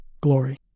glory